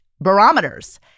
barometers